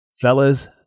Fellas